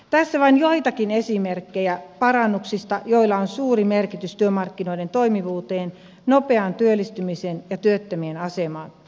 tässä vain joitakin esimerkkejä parannuksista joilla on suuri merkitys työmarkkinoiden toimivuudelle nopealle työllistymiselle ja työttömien asemalle